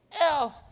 else